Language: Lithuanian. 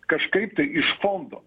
kažkaip tai iš fondo